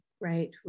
right